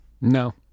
No